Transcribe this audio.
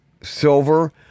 silver